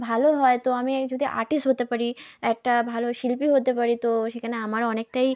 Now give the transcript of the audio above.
ভালো হয় তো আমি যদি আর্টিস্ট হতে পারি একটা ভালো শিল্পী হতে পারি তো সেখানে আমার অনেকটাই